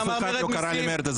אופיר, אף אחד לא קרא למרד אזרחי.